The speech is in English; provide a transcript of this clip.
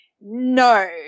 no